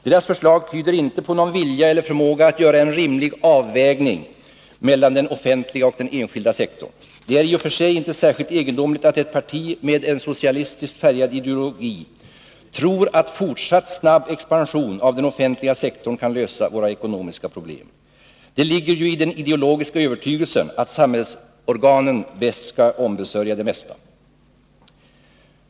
Deras förslag tyder inte på någon vilja eller förmåga att göra en rimlig avvägning mellan den offentliga och enskilda sektorn. Det äri och för sig inte särskilt egendomligt att ett parti med en socialistiskt färgad ideologi tror att fortsatt snabb expansion av den offentliga sektorn kan lösa våra ekonomiska problem. Det ligger ju i dess ideologiska övertygelse att samhällets organ bäst kan ombesörja det mesta.